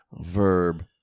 Verb